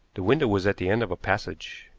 the window was at the end of a passage.